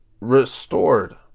restored